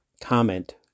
comment